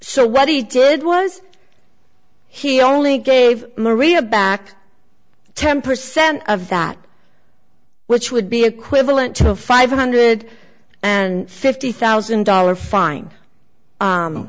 so what he did was he only gave maria back ten percent of that which would be equivalent to a five hundred and fifty thousand dollar fine